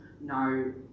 no